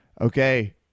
Okay